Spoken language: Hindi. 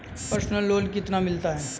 पर्सनल लोन कितना मिलता है?